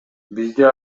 бизде